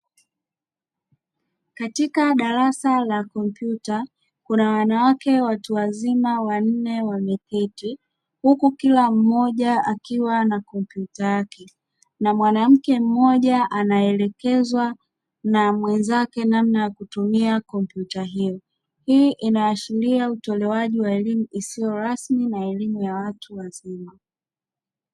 Katika darasa la kompyuta kuna wanawake watu wazima wameketi huku kila mmoja akiwa na kompyuta yake na mwanamke mmoja anaelekezwa na mwenzake namna ya kutumia kompyuta hiyo. Hii inaashiria utolewaji wa elimu isiyo rasmi na elimu ya watu wazima.